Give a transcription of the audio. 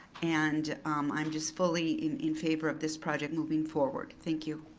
and um i'm just fully in in favor of this project moving forward. thank you.